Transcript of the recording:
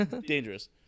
Dangerous